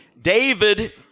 David